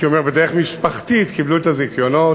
אומר בדרך משפחתית קיבלו את הזיכיונות,